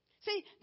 See